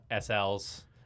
SL's